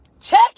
Check